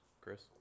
chris